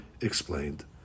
explained